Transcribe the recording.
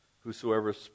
Whosoever